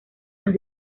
los